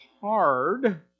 hard